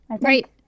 Right